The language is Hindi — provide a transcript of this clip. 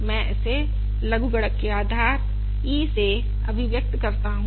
मैं इसे लघुगणक के आधार e से अभिव्यक्त करता हूं